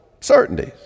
certainties